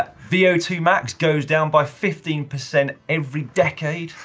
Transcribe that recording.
ah v o two max goes down by fifteen percent every decade,